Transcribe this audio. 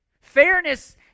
Fairness